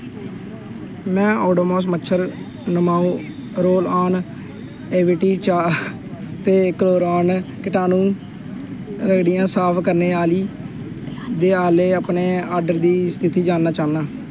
में ओडोमोस मच्छर नसाऊ रोल आन एवीटी चा ते क्लोराक्स कटाणुनाशक रगड़ियै साफ करने आह्ली ते आह्ले अपने आर्डर दी स्थिति जानना चाह्न्नां